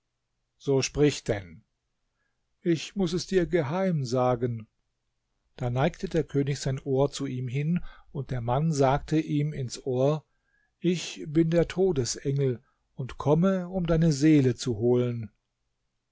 so sprich denn ich muß es dir geheim sagen da neigte der könig sein ohr zu ihm hin und der mann sagte ihm ins ohr ich bin der todesengel und komme um deine seele zu holen